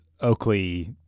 Oakley